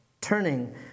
turning